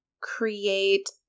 create